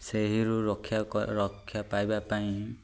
ସେହିରୁ ରକ୍ଷା ରକ୍ଷା ପାଇବା ପାଇଁ